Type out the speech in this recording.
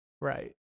right